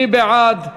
מי בעד?